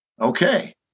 Okay